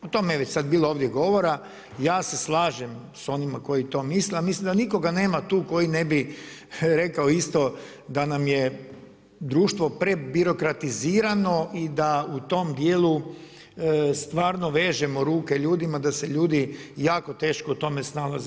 O tome je već sad bilo ovdje govora, ja se slažem s onima koji to misle, a milim da nikoga nema tu koji ne bi rekao isto da nam je društvo prebirokratizirano i da u tom djelu stvarno vežemo ruke ljudima, da se ljudi jako teško u tome snalaze.